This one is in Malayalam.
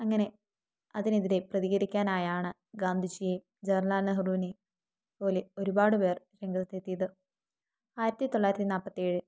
അങ്ങനെ അതിനെതിരെ പ്രതികരിക്കാനായാണ് ഗാന്ധിജിയേയും ജവാഹർലാൽ നെഹ്റുവിനേയും പോലെ ഒരുപാടുപേർ രംഗത്ത് എത്തിയത് ആയിരത്തിത്തൊള്ളായിരത്തി നാല്പത്തേഴ്